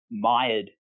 mired